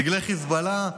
דגלי חמאס, דגלי חיזבאללה.